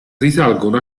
risalgono